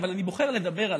אבל אני בוחר לדבר עליו.